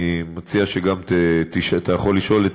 אתה יכול לשאול את